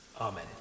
Amen